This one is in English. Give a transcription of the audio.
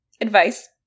advice